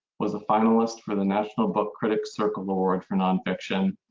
was a finalist for the national book critic's circle award for nonfiction,